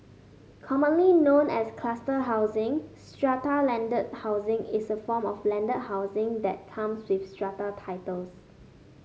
commonly known as cluster housing strata landed housing is a form of landed housing that comes with strata titles